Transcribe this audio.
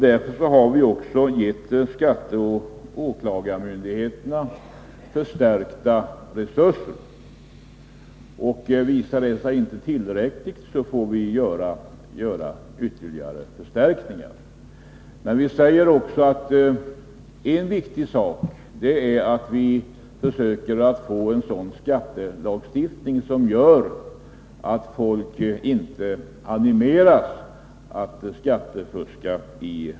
Därför har vi också gett skatteoch åklagarmyndigheterna förstärkta resurser. Visar det sig inte tillräckligt, får man göra ytterligare förstärkningar. Men vi säger också att en viktig sak är att man försöker få en sådan skattelagstiftning som gör att folk inte animeras att skattefuska.